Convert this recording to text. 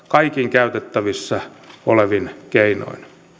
kaikin käytettävissä olevin keinoin